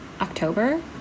October